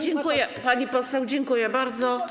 Dziękuję, pani poseł, dziękuję bardzo.